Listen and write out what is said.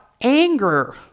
anger